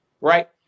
Right